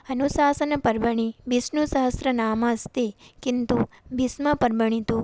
अनुशासनपर्वणि विष्णुसहस्रनाम अस्ति किन्तु भीष्मपर्वणि तु